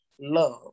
love